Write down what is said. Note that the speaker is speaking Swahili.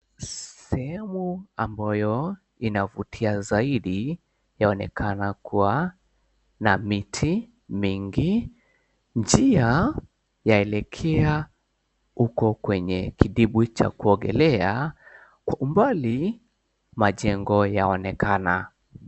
Sehemu ambayo inavutia zaidi yaonekana kuwa na miti mingi. Njia yaelekea huko kwenye kidimbwi cha kuogelea kwa umbali majengo yaonekana.